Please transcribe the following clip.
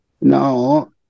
No